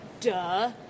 duh